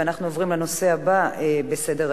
ואנחנו עוברים לנושא הבא בסדר-היום.